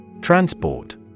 Transport